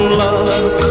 love